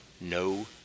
no